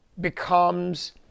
becomes